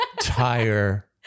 Tire